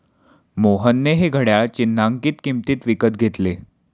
मोहनने हे घड्याळ चिन्हांकित किंमतीत विकत घेतले